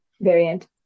variant